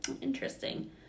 interesting